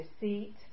deceit